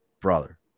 Brother